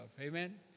Amen